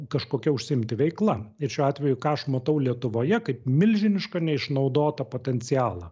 kažkokia užsiimti veikla ir šiuo atveju ką aš matau lietuvoje kaip milžinišką neišnaudotą potencialą